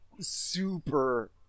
super